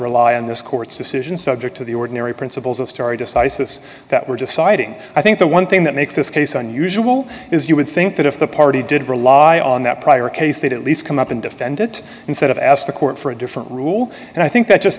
rely on this court's decision subject to the ordinary principles of story decisis that we're deciding i think the one thing that makes this case on usual is you would think that if the party did rely on that prior case they'd at least come up and defend it instead of ask the court for a different rule and i think that just